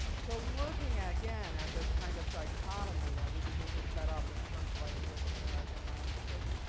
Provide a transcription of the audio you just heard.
so looking, again, at this kind of dichotomy that we begin to set up in terms of ideas of american landscape.